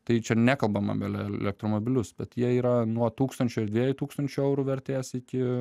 tai čia ir nekalbama apie elektromobilius bet jie yra nuo tūkstančio dviejų tūkstančių eurų vertės iki